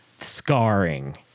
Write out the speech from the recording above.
scarring